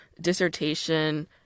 dissertation